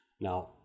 Now